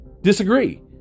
disagree